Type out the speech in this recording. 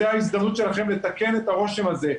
זו ההזדמנות שלכם לתקן את הרושם הזה.